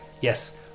Yes